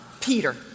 Peter